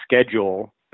schedule